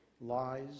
lies